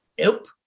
nope